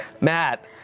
Matt